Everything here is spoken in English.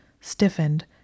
stiffened